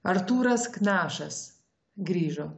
artūras knažas grįžo